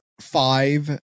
five